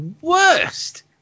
worst